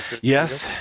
Yes